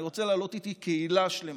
אני רוצה להעלות איתי קהילה שלמה.